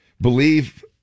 Believe